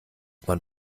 man